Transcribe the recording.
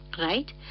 right